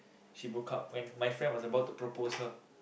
she broke up when my friend was about to propose her